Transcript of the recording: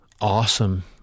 awesome